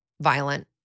Violent